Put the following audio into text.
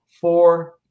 Four